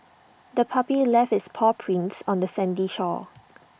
the puppy left its paw prints on the sandy shore